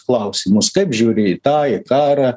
klausimus kaip žiūri į tą į karą